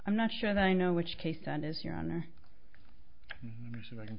i'm not sure that i know which case that is your honor right